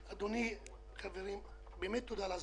אדוני, חברים, באמת תודה על ההזמנה.